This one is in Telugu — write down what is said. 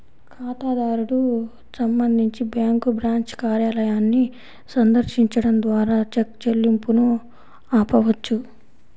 ఖాతాదారుడు సంబంధించి బ్యాంకు బ్రాంచ్ కార్యాలయాన్ని సందర్శించడం ద్వారా చెక్ చెల్లింపును ఆపవచ్చు